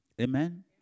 Amen